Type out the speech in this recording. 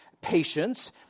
patience